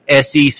SEC